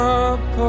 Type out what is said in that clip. up